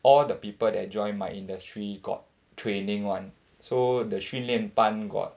all the people that joined my industry got training [one] so the 训练班 got